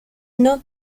not